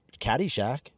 Caddyshack